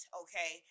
okay